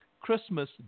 Christmas